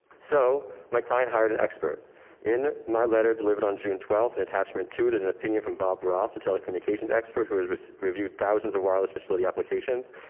so my client hired an expert in my letter delivered on june twelfth and attachment to then an opinion from bob ross, the telecommunications expert, who has reviewed thousands of wireless facility applications.